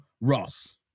Ross